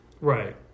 Right